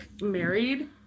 married